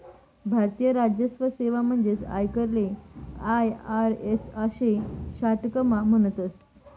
भारतीय राजस्व सेवा म्हणजेच आयकरले आय.आर.एस आशे शाटकटमा म्हणतस